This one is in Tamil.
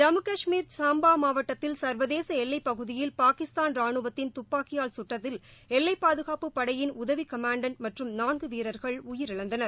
ஜம்மு காஷ்மீர் சாம்பா மாவட்டத்தில் சர்வதேச எல்லைப்பகுதியில் பாகிஸ்தான் ரானுவத்தின் துப்பாக்கியால் சுட்டதில் எல்லைப்பாதுகாப்புப் படையின் உதவி கமாண்டண்ட் மற்றும் நான்கு வீரர்கள் உயிரிழந்தனர்